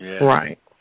Right